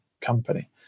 company